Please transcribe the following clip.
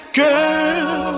girl